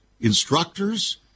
instructors